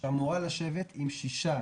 שאמורה לשבת עם שישה